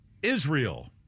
Israel